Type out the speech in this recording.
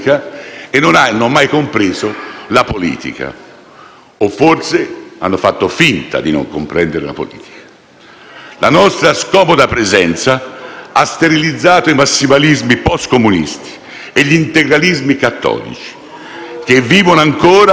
o forse hanno fatto finta di non comprenderla. La nostra scomoda presenza ha sterilizzato i massimalismi *post-*comunisti e gli integralismi cattolici, che vivono ancora con la testa nel passato e i piedi nel trapassato,